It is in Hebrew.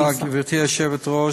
תודה, גברתי היושבת-ראש.